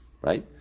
right